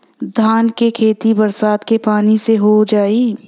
धान के खेती बरसात के पानी से हो जाई?